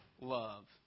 love